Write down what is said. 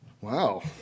Wow